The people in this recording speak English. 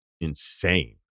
insane